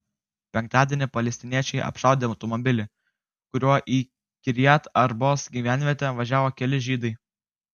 penktadienį palestiniečiai apšaudė automobilį kuriuo į kirjat arbos gyvenvietę važiavo keli žydai